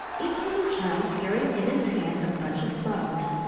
each little child carried in its hand a bunch of flowers,